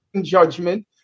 judgment